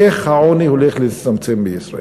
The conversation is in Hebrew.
איך העוני הולך להצטמצם בישראל.